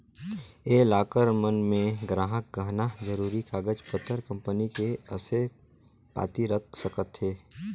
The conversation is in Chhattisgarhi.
ये लॉकर मन मे गराहक गहना, जरूरी कागज पतर, कंपनी के असे पाती रख सकथें